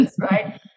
right